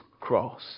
cross